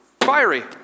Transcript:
Fiery